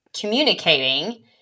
communicating